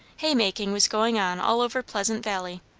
haymaking was going on all over pleasant valley.